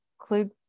include